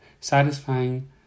satisfying